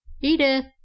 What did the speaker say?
Edith